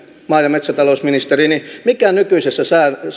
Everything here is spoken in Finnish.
maa ja metsätalousministeri niin mikä nykyisessä